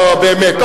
אוה, באמת.